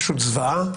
פשוט זוועה,